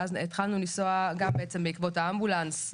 ואז התחלנו לנסוע גם בעצם בעקבות האמבולנס,